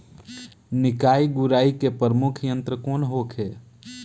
निकाई गुराई के प्रमुख यंत्र कौन होखे?